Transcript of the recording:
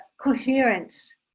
coherence